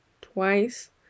twice